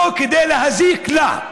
לא כדי להזיק לה?